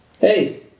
Hey